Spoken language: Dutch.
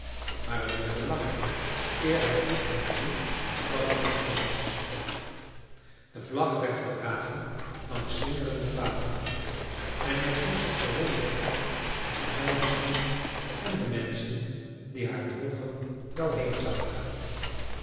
maar het duurde lang eer hij goed kon zien wat het eigenlijk was de vlag werd gedragen langs slingerende paden en hij vroeg zich verwonderd af waar zij en de menschen die haar droegen wel heen zouden gaan